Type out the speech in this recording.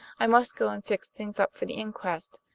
i must go and fix things up for the inquest.